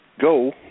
go